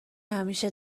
همیشه